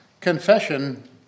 Confession